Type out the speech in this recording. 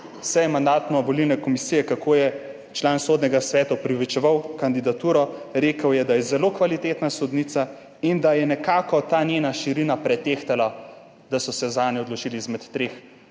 seje Mandatno-volilne komisije, kako je član Sodnega sveta opravičeval kandidaturo, rekel je, da je zelo kvalitetna sodnica in da je nekako ta njena širina pretehtala, da so se zanjo odločili izmed treh